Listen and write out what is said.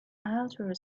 outer